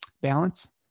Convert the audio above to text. balance